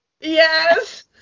yes